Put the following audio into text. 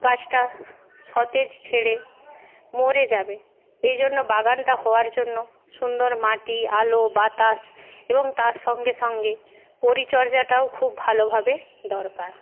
গাছটা সতেজ ছেড়ে মরে যাবে এই জন্য বাগানটা হওয়ার জন্য সুন্দর মাটি আলো বাতাস এবং তার সঙ্গে সঙ্গে পরিচর্যাটাও খুব ভালোভাবে দরকার